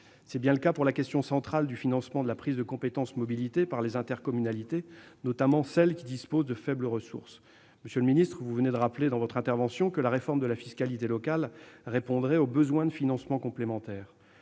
C'est bien le cas pour la question centrale du financement de la prise de compétence mobilité par les intercommunalités, notamment celles d'entre elles qui disposent de faibles ressources. Monsieur le secrétaire d'État, vous venez de rappeler, lors de votre intervention, que la réforme de la fiscalité locale répondrait aux besoins de financements complémentaires.